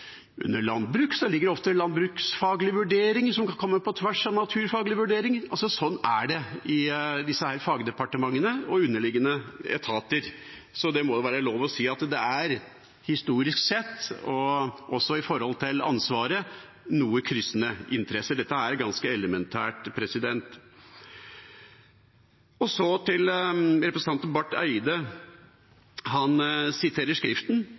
under landbruk ligger det ofte landbruksfaglige vurderinger som kan komme på tvers av naturfaglige vurderinger. Sånn er det i disse fagdepartementene og i underliggende etater, så det må være lov å si at det historisk sett og også når det gjelder ansvaret, er noe kryssende interesser. Dette er ganske elementært. Så til representanten Barth Eide. Han siterer skriften,